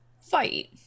fight